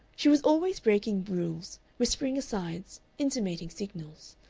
she was always breaking rules, whispering asides, intimating signals.